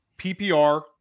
PPR